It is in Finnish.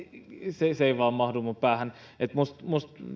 se ei vain mahdu minun päähäni minusta minusta